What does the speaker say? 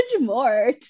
more